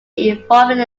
involving